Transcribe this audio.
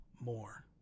more